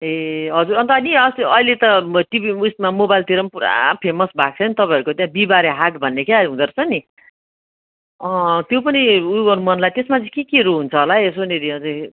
ए हजुर अन्त नि अस्ति अहिले त टिभी उयेसमा मोबाइलतिर पनि पूरा फेमस भएको नि तपाईँहरूको त्यहाँ बिहिबारे हाट भन्ने क्या हुँदोरहेछ नि त्यो पनि उ गर्नु मन लागेको छ त्यसमा चाहिँ के केहरू हुन्छ होला है